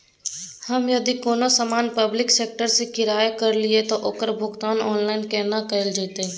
हम यदि कोनो सामान पब्लिक सेक्टर सं क्रय करलिए त ओकर भुगतान ऑनलाइन केना कैल जेतै?